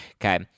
okay